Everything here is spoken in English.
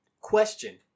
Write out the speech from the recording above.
question